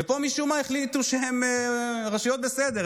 ופה משום מה החליטו שהן רשויות בסדר,